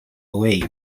louis